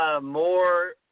More